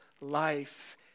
life